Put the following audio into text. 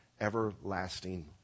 everlasting